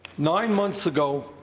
nine months ago,